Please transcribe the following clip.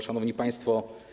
Szanowni Państwo!